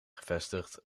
gevestigd